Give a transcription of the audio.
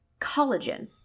collagen